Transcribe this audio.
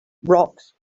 rocks